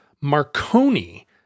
Marconi